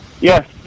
Yes